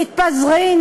תתפזרי.